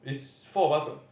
is four of us what